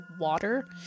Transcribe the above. water